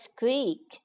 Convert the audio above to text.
Squeak